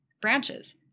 branches